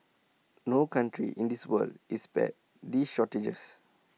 no country in this world is spared these shortages